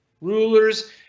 rulers